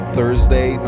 Thursday